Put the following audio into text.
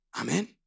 Amen